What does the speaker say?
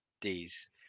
days